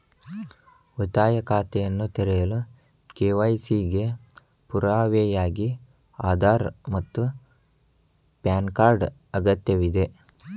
ಉಳಿತಾಯ ಖಾತೆಯನ್ನು ತೆರೆಯಲು ಕೆ.ವೈ.ಸಿ ಗೆ ಪುರಾವೆಯಾಗಿ ಆಧಾರ್ ಮತ್ತು ಪ್ಯಾನ್ ಕಾರ್ಡ್ ಅಗತ್ಯವಿದೆ